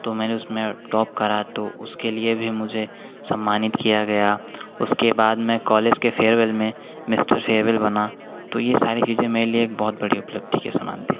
तो मैंने उसमें टॉप करा तो उसके लिए भी मुझे सम्मानित किया गया उसके बाद मैं कॉलेज के फेयरवेल में मिस्टर फेयरवेल बना तो यह सारी चीज़ें मेरे लिए एक बहुत बड़ी उपलब्धि के समान थे